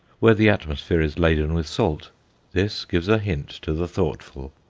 where the atmosphere is laden with salt this gives a hint to the thoughtful.